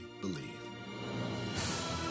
believe